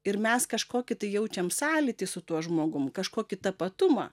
ir mes kažkokį tai jaučiam sąlytį su tuo žmogum kažkokį tapatumą